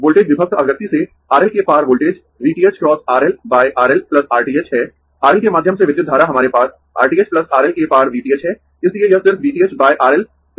voltage विभक्त अभिव्यक्ति से R L के पार voltage V t h R L R L R t h है RL के माध्यम से विद्युत धारा हमारे पास R t h R L के पार V t h है इसलिए यह सिर्फ V t h R L R t h होगा